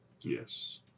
Yes